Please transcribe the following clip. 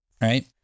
Right